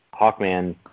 Hawkman